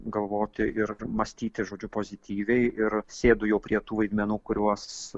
galvoti ir mąstyti žodžiu pozityviai ir sėdu jau prie tų vaidmenų kuriuos